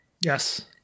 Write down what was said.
Yes